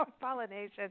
pollination